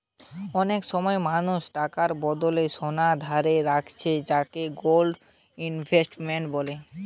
অনেক সময় মানুষ টাকার বদলে সোনা ধারে রাখছে যাকে গোল্ড ইনভেস্টমেন্ট বলে